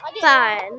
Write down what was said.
fun